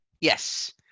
Yes